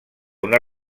una